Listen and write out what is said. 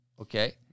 Okay